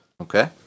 Okay